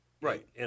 Right